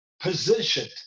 positioned